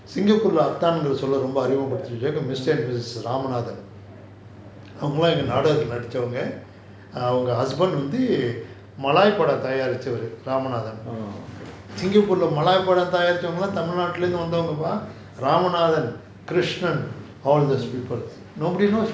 singapore அதான் சொல்ல அறிமுக படுத்தி வெச்சவங்க:athaan solla ariumuga paduthi vechavanga mister and misus ramanathan அவங்கள எங்க நாடகத்துல நடிச்சவங்க அவங்க:avanagala enga naadagathule nadichavanga avanga husband வந்து மலாய் படம் தயாரிச்சவரு:vanthu malaai padam tayaarichavaru ramanthan singapore leh Malay படம் தயாரிச்சவங்களாம்:malaai padam tayaarichavangalaam tamil nadu leh ந்து வந்தவங்க ப:inthu vanthavanga pa ramanathan krishnan mister and mrs ramanathan all those people nobody knows